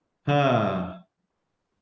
!huh!